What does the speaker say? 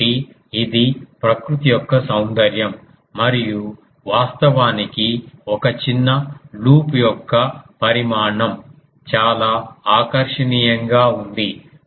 కాబట్టి ఇది ప్రకృతి యొక్క సౌందర్యం మరియు వాస్తవానికి ఒక చిన్న లూప్ యొక్క పరిమాణం చాలా ఆకర్షణీయంగా ఉంది